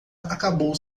acabou